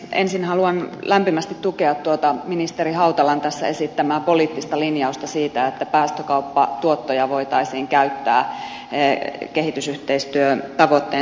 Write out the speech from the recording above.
ensin haluan lämpimästi tukea ministeri hautalan tässä esittämää poliittista linjausta siitä että päästökauppatuottoja voitaisiin käyttää kehitysyhteistyötavoitteen saavuttamiseksi